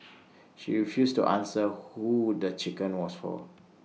she refused to answer who would the chicken was for